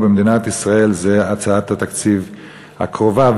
במדינת ישראל זה הצעת התקציב הקרובה,